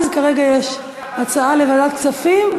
כרגע יש הצעה להעביר לוועדת הכספים,